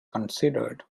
considered